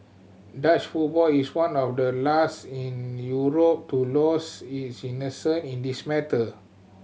Dutch football is one of the last in Europe to lose its innocence in this matter